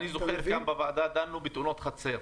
אני זוכר, כאן בוועדה דנו בתאונות חצר,